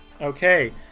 Okay